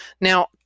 Now